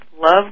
love